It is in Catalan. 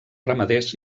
ramaders